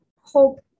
hope